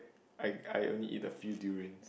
I I only eat a few durian